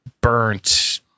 burnt